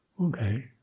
okay